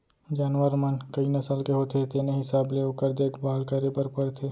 जानवर मन कई नसल के होथे तेने हिसाब ले ओकर देखभाल करे बर परथे